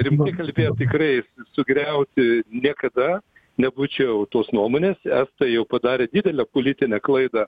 rimtai kalbėt tikrai sugriauti niekada nebūčiau tos nuomonės estai jau padarė didelę politinę klaidą